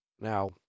Now